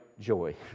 joy